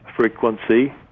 frequency